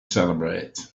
celebrate